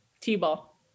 t-ball